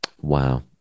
Wow